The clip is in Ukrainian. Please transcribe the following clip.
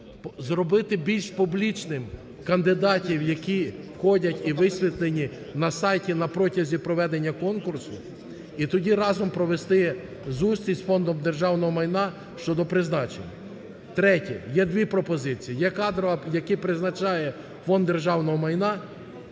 зробити більш публічним кандидатів, які ходять і висвітлені на сайті на протязі проведення конкурсу, і тоді разом провести зустріч з Фондом державного майна щодо призначення. Третє. Є дві пропозиції. Є кадрова, які призначає Фонд державного майна